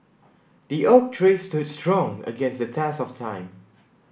the oak tree stood strong against the test of time